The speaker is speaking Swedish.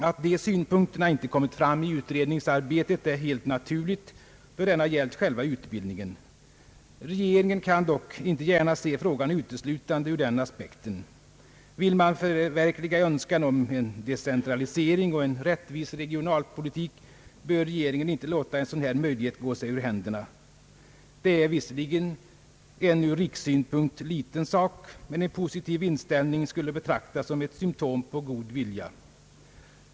Att de synpunkterna inte kommit fram i utredningsarbetet är helt naturligt, då utredningen gällt själva utbildningen. Regeringen kan dock inte gärna se frågan uteslutande ur den aspekten. Vill man förverkliga önskan om en decentralisering och en rättvis regionalpolitik, bör regeringen inte låta en sådan här möjlighet gå sig ur händerna. Det är visserligen en ur rikssynpunkt liten sak, men en positiv inställning skulle betraktas som ett symptom på god vilja.